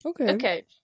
Okay